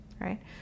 right